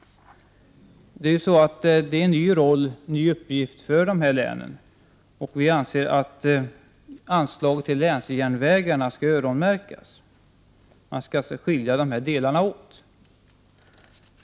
Det är en ny uppgift för länen, och vi anser att anslaget till länsjärnvägarna skall öronmärkas. Man skall alltså skilja de olika delarna åt.